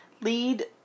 Lead